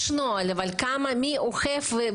יש נוהל, אבל כמה ומי אוכף אותו?